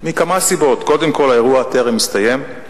מכמה סיבות: קודם כול, האירוע טרם הסתיים.